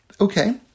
Okay